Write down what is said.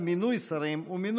מי היה ב-2013 שר אוצר?